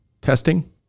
testing